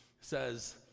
says